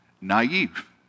naive